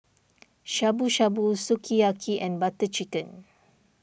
Shabu Shabu Sukiyaki and Butter Chicken